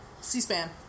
C-SPAN